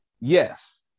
Yes